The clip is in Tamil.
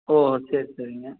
ஓ சரி சரிங்க